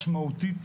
משמעותית,